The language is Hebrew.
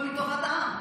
אבל לטובת העם.